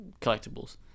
collectibles